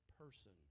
person